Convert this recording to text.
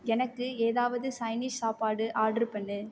எனக்கு ஏதாவது சைனீஸ் சாப்பாடு ஆட்ரு பண்ணு